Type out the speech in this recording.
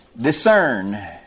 discern